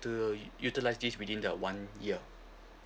to utilize this within the one year